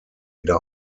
wieder